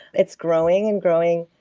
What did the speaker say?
it's growing and growing.